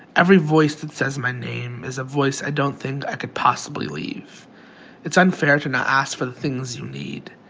every voice that says my name is a voice i don't think i could possibly leave it's unfair to not ask for the things you need,